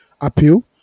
appeal